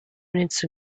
minutes